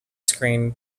screen